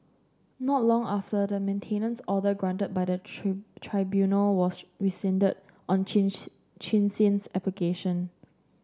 not long after the maintenance order granted by the tree tribunal was rescinded on Chins Chin Sin's application